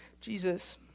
Jesus